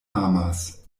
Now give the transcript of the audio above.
amas